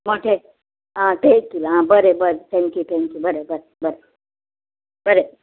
मोठे आं ते एक कील आं बरें बरें थँक्यू थँक्यू बरें बरें बरें बरें